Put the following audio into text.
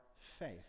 faith